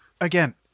Again